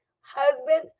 Husband